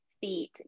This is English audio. feet